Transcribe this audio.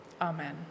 Amen